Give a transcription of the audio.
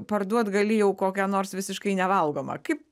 parduot gali jau kokią nors visiškai nevalgomą kaip